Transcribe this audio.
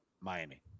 Miami